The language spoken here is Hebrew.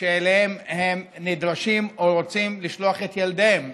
שאליהן הם נדרשים או רוצים לשלוח את ילדיהם,